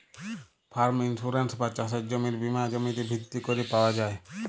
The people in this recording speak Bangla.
ফার্ম ইন্সুরেন্স বা চাসের জমির বীমা জমিতে ভিত্তি ক্যরে পাওয়া যায়